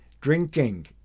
drinking